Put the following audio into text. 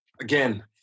Again